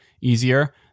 easier